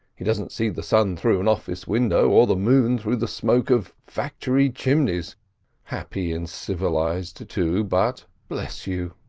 he doesn't see the sun through an office window or the moon through the smoke of factory chimneys happy and civilised too but, bless you,